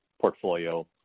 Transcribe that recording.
portfolio